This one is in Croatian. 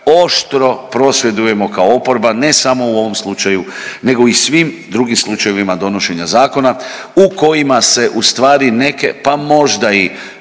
oštro prosvjedujemo kao oporba ne samo u ovom slučaju nego i svim drugim slučajevima donošenja zakona u kojima se u stvari neke pa možda i